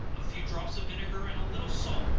a few drops of vinegar, and a little salt,